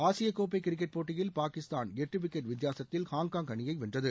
ஆசிய கோப்பை கிரிக்கெட் போட்டியில் பாகிஸ்தான் எட்டு விக்கெட் வித்தியாசத்தில் ஹாங்காங் அணியை வென்றது